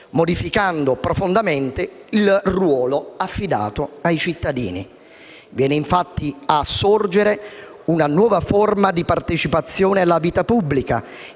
modificando profondamente il ruolo affidato ai cittadini. Viene infatti a sorgere una nuova forma di partecipazione alla vita pubblica,